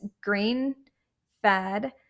grain-fed